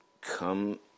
come